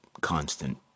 constant